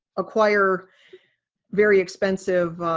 acquire very expensive